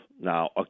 Now